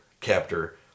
captor